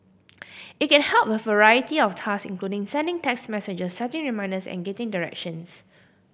it can help with a variety of task including sending text messages setting reminders and getting directions